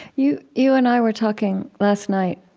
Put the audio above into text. you you and i were talking last night,